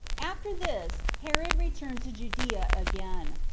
after this, herod returned to judea again.